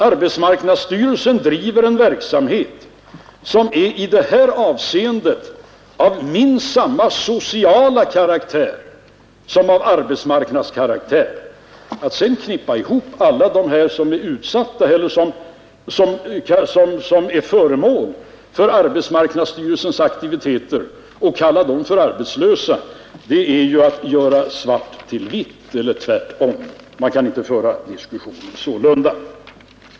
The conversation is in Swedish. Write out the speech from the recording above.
Arbetsmarknadsstyrelsen bedriver en verksamhet som i detta avseende är minst lika mycket av social karaktär som av arbetsmarknadskaraktär. Att då knippa ihop alla dem som är föremål för arbetsmarknadsstyrelsens aktiviteter och kalla dem för arbetslösa är ju att göra svart till vitt eller tvärtom. Man kan inte föra diskussionen sålunda.